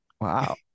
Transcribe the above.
Wow